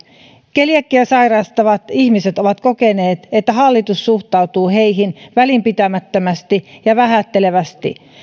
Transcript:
keliakiaa sairastavat ihmiset ovat kokeneet että hallitus suhtautuu heihin välinpitämättömästi ja vähättelevästi